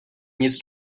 nic